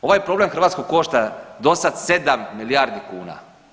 Ovaj problem Hrvatsku košta dosad 7 milijardi kuna.